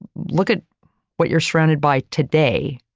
look at what you're surrounded by today.